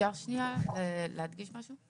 אפשר להדגיש משהו?